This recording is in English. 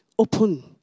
open